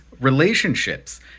relationships